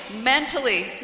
mentally